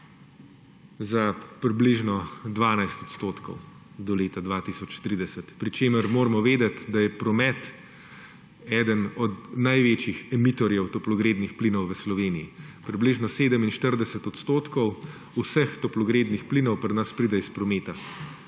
za približno 12 odstotkov do leta 2030, pri čemer moramo vedeti, da je promet eden največjih emitorjev toplogrednih plinov v Sloveniji, približno 47 odstotkov vseh toplogrednih plinov pri nas pride iz prometa.